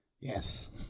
Yes